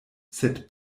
sed